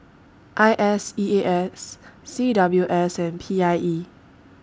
I S E A S C W S and P I E